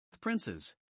princes